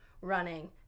running